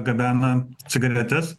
gabena cigaretes